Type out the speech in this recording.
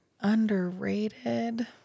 underrated